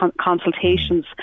consultations